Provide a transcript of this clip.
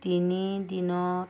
তিনি দিনত